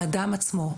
האדם עצמו,